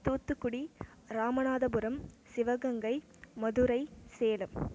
Thoothukudi Ramanathapuram Sivaganga Madurai Salem